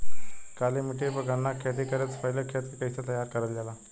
काली मिट्टी पर गन्ना के खेती करे से पहले खेत के कइसे तैयार करल जाला?